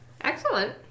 Excellent